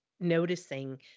noticing